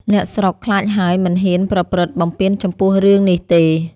អ្នកស្រុកខ្លាចហើយមិនហ៊ានប្រព្រឹត្ត បំពានចំពោះរឿងនេះទេ ។